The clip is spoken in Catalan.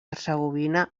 hercegovina